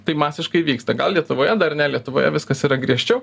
tai masiškai vyksta gal lietuvoje dar ne lietuvoje viskas yra griežčiau